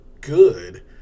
good